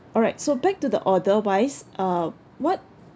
alright so back to the order wise uh what